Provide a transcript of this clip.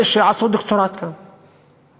אלה שעשו דוקטורט כאן.